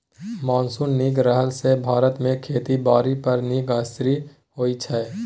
monsoon नीक रहला सँ भारत मे खेती बारी पर नीक असिर होइ छै